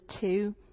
two